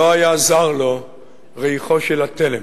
לא היה זר לו "ריחו של התלם",